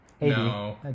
No